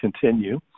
continue